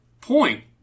point